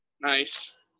Nice